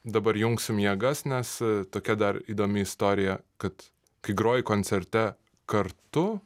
dabar jungsim jėgas nes tokia dar įdomi istorija kad kai groji koncerte kartu